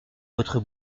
votre